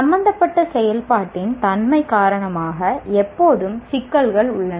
சம்பந்தப்பட்ட செயல்பாட்டின் தன்மை காரணமாக எப்போதும் சிக்கல்கள் உள்ளன